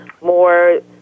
more